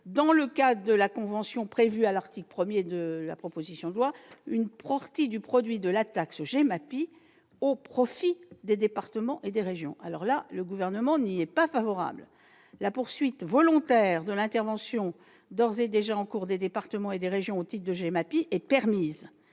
dans le cadre de la convention prévue à l'article 1 de la proposition de loi, à reverser une partie du produit de la taxe GEMAPI au profit des départements et des régions. Le Gouvernement n'est pas favorable à cette mesure. La poursuite volontaire de l'intervention, d'ores et déjà en cours, des départements et des régions au titre de la GEMAPI est permise,